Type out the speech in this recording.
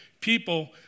people